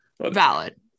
Valid